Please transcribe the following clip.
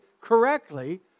correctly